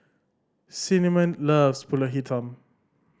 Cinnamon loves Pulut Hitam